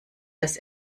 das